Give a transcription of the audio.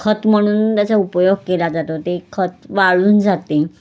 खत म्हणून त्याचा उपयोग केला जातो ते खत वाळून जाते